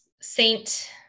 Saint